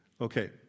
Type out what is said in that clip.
Okay